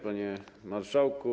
Panie Marszałku!